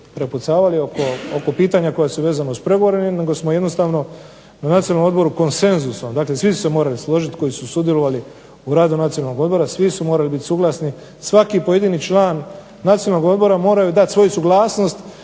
prepucavali oko pitanja koja su vezana uz pregovore nego smo jednostavno na Nacionalnom odboru konsenzusom, dakle svi su se morali složit koji su sudjelovali u radu Nacionalnog odbora, svi su morali biti suglasni. Svaki pojedini član Nacionalnog odbora morao je dati svoju suglasnost